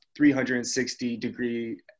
360-degree